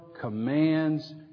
commands